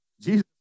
Jesus